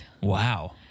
wow